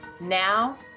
Now